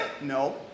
No